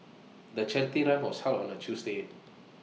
the charity run was held on A Tuesday